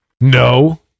No